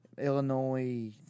Illinois